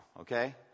okay